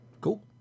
Cool